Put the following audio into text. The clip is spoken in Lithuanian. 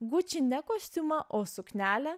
guči ne kostiumą o suknelę